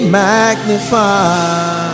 magnified